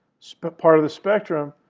but part of the spectrum.